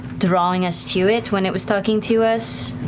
drawing us to it when it was talking to us?